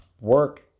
work